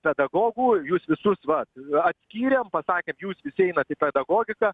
pedagogų jūs visus va atskyrėm pasakė jūs visi einat į pedagogiką